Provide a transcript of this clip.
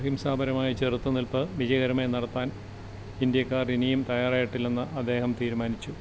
അഹിംസാപരമായ ചെറുത്തു നിൽപ്പ് വിജയകരമായി നടത്താൻ ഇന്ത്യക്കാർ ഇനിയും തയ്യാറായിട്ടില്ലെന്ന് അദ്ദേഹം തീരുമാനിച്ചു